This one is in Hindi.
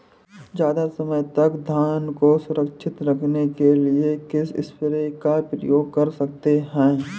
ज़्यादा समय तक धान को सुरक्षित रखने के लिए किस स्प्रे का प्रयोग कर सकते हैं?